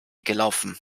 gelaufen